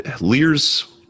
Lear's